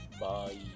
Bye